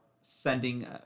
sending